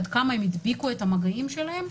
עד כמה הם הדביקו את המגעים שלהם,